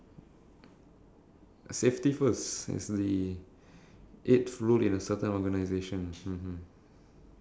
but of course I'll try not to find the heavy heavy one ah if it's too heavy then hmm maybe I'll just ya